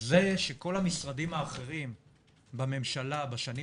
זה שכל המשרדים האחרים בממשלה בשנים